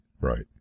right